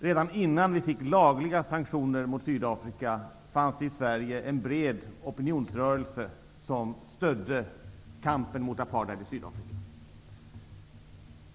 Redan innan vi fick lagliga sanktioner mot Sydafrika fanns det i Sverige en bred opinion som stödde kampen mot apartheid i Sydafrika.